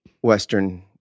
Western